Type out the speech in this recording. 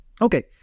Okay